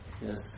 Yes